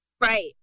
Right